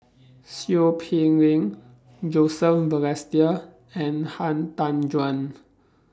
Seow Peck Leng Joseph Balestier and Han Tan Juan